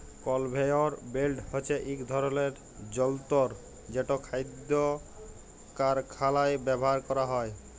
conveyor belt হছে ইক ধরলের যল্তর যেট খাইদ্য কারখালায় ব্যাভার ক্যরা হ্যয়